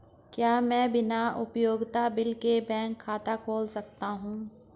क्या मैं बिना उपयोगिता बिल के बैंक खाता खोल सकता हूँ?